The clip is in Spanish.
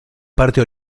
parte